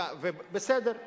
בסדר.